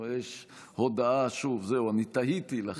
ובפנינו הצעת חוק-יסוד: הממשלה (תיקון מס'